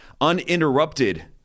uninterrupted